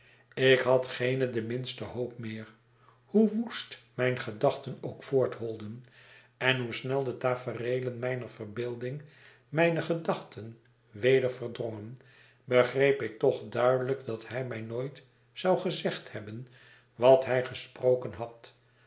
ik had geene de minste hoop meer hoe woest mijne gedachten ook voortholden enhoe snel de tafereelen mijner vejjbeelding mijne gedachten weder verdrongen ifcgreep ik toch duidelijk dat hij mij nooit zou gezegd hebben wat hij gesproken had